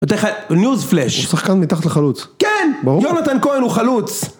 יותר חייב, ניוז פלאש הוא שחקן מתחת לחלוץ כן! ברור? יונתן כהן הוא חלוץ